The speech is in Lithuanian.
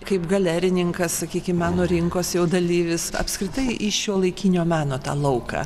kaip galerininkas sakykime meno rinkos dalyvis apskritai į šiuolaikinio meno tą lauką